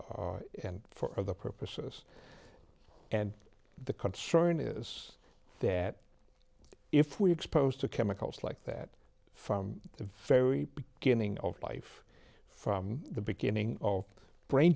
and for other purposes and the concern is that if we exposed to chemicals like that from the very beginning of life from the beginning of brain